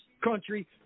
country